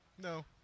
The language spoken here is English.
No